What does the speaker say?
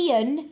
Ian